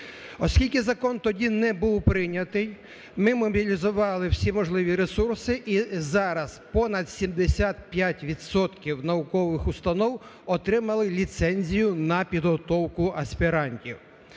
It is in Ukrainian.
Оскільки закон тоді не був прийнятий, ми мобілізували всі можливі ресурси і зараз понад 75 відсотків наукових установ отримали ліцензію на підготовку аспірантів.